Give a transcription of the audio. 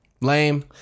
lame